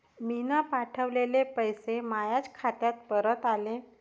मीन पावठवलेले पैसे मायाच खात्यात परत आले